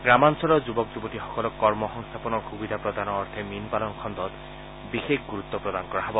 গ্ৰামাঞ্চলৰ যুৱক যুৱতীসকলক কৰ্ম সংস্থাপনৰ সুবিধা প্ৰদানৰ অৰ্থে মীন পালন খণ্ডত বিশেষ গুৰুত্ব প্ৰদান কৰা হব